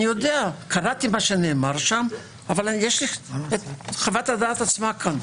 קראתי מה שנאמר שם אבל יש לי חוות הדעת כאן.